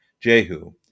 Jehu